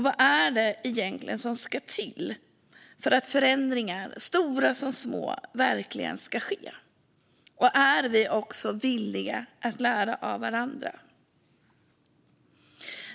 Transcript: Vad är det egentligen som ska till för att förändringar, stora som små, verkligen ska ske? Och är vi villiga att lära av varandra?